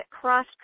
Cross